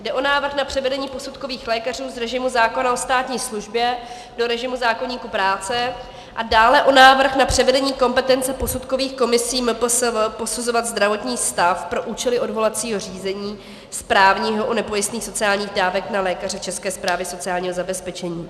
Jde o návrh na převedení posudkových lékařů z režimu zákona o státní službě do režimu zákoníku práce a dále o návrh na převedení kompetence posudkových komisí MPSV posuzovat zdravotní stav pro účely odvolacího řízení správního u nepojistných sociálních dávek na lékaře České správy sociálního zabezpečení.